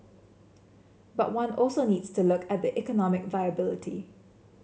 but one also needs to look at the economic viability